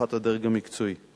להערכת הדרג המקצועי.